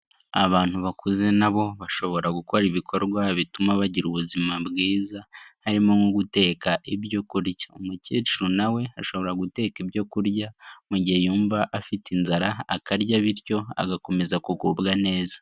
Abantu bakuze na bo bashobora gukora ibikorwa bituma bagira ubuzima bwiza, harimo nko guteka ibyo kurya. Umukecuru na we ashobora guteka ibyo kurya, mu gihe yumva afite inzara, akarya bityo agakomeza kugubwa neza.